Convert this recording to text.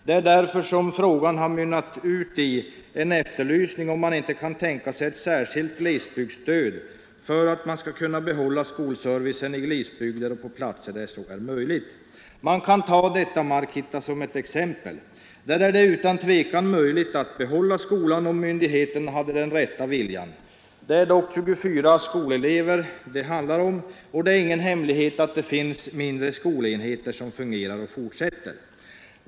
Det är också därför frågan mynnar ut i en efterlysning om man inte kan tänka sig ett särskilt glesbygdsstöd för att kunna bevara skolservicen i glesbygder och på platser där så är möjligt. Man kan ta Markitta som exempel. Här är det utan tvivel möjligt att behålla skolan, om myndigheterna har den rätta viljan. Det handlar dock om 24 skolbarn, och det är dessutom ingen hemlighet att det finns mindre skolenheter som fungerar och fortsätter sin verksamhet.